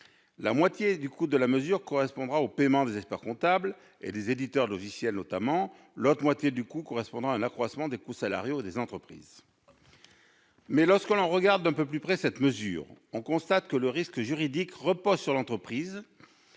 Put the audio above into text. La moitié du coût de la mesure correspondra au paiement des experts-comptables et des éditeurs de logiciels notamment, l'autre moitié, à un accroissement des coûts salariaux. Mais lorsque l'on regarde d'un peu plus près cette mesure, on constate que le risque juridique repose sur l'entreprise,